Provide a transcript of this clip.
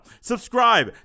Subscribe